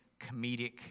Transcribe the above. comedic